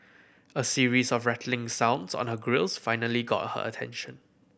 a series of rattling sounds on her grilles finally got her attention